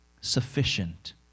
sufficient